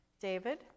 David